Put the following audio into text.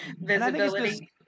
Visibility